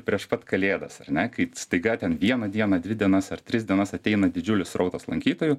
prieš pat kalėdas ar ne kai staiga ten vieną dieną dvi dienas ar tris dienas ateina didžiulis srautas lankytojų